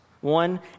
One